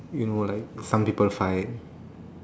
you know like some people fight